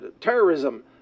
terrorism